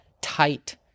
tight